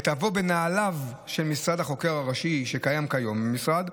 ותבוא בנעליו של משרד החוקר הראשי שקיים כיום במשרד,